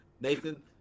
Nathan